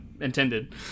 intended